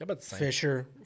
Fisher